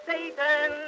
Satan